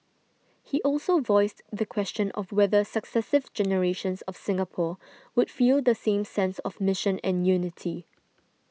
he also voiced the question of whether successive generations of Singapore would feel the same sense of mission and unity